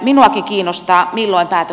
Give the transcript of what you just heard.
minuakin kiinnostaa milloin päätä